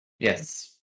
Yes